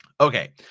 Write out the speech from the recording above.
Okay